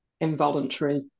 involuntary